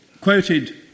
quoted